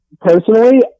Personally